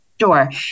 Sure